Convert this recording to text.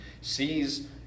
sees